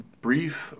brief